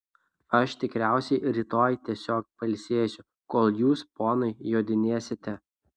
aš tikriausiai rytoj tiesiog pailsėsiu kol jūs ponai jodinėsite